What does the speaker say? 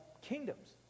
kingdoms